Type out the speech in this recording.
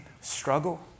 struggle